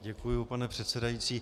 Děkuju, pane předsedající.